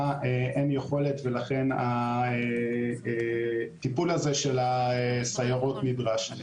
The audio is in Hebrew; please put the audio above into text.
אין יכולת ולכן הטיפול הזה של הסיירות נדרש.